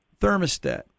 thermostat